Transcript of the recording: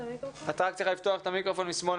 בוקר טוב.